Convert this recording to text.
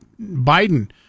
Biden